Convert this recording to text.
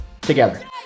together